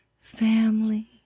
family